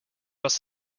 cross